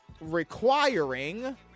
requiring